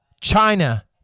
China